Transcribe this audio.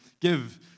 give